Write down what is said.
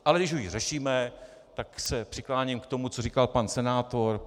Ale když už řešíme, tak se přikláním k tomu, co říkal pan senátor.